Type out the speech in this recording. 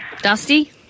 Dusty